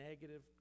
negative